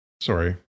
Sorry